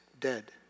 dead